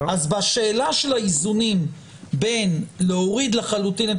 אז בשאלה של האיזונים בין להוריד לחלוטין את